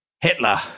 Hitler